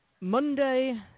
Monday